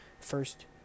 first